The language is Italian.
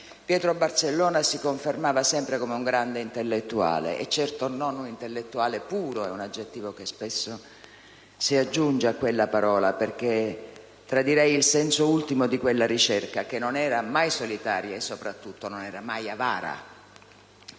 Pietro Barcellona si confermava sempre come un grande intellettuale, e certo non un intellettuale «puro» - un aggettivo che spesso si aggiunge a questa parola - perché tradirei il senso ultimo di quella ricerca, che non era mai solitaria e soprattutto non era mai avara.